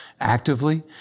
actively